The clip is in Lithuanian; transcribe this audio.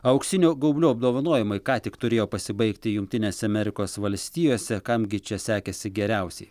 auksinių gaublių apdovanojimai ką tik turėjo pasibaigti jungtinėse amerikos valstijose kam gi čia sekėsi geriausiai